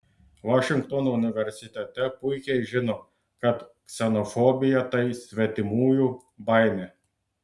vašingtono universitete puikiai žino kad ksenofobija tai svetimųjų baimė